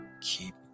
keep